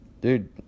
dude